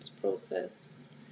process